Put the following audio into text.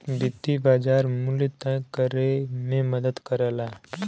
वित्तीय बाज़ार मूल्य तय करे में मदद करला